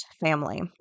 family